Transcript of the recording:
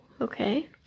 Okay